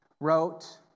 wrote